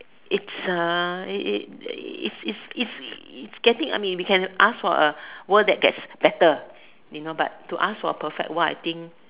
it's a it it it's it's it's it's getting I mean we can ask for a world that gets better you know but to ask for a perfect world I think